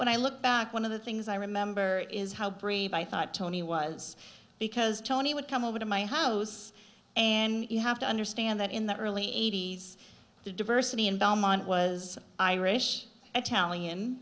when i look back one of the things i remember is how brave i thought tony was because tony would come over to my house and you have to understand that in the early eighty's the diversity in belmont was irish italian